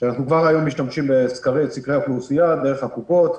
שכבר היום אנחנו משתמשים בסקרי אוכלוסייה דרך הקופות,